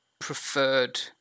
preferred